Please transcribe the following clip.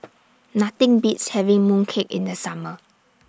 Nothing Beats having Mooncake in The Summer